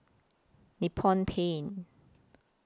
Nippon Paint